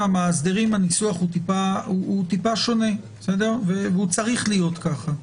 המאסדרים הניסוח טיפה שונה וצריך להיות ככה.